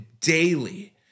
daily